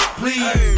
please